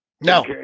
No